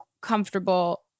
comfortable